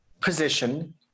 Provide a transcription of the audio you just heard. position